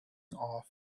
off